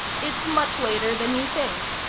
it's much later than you think.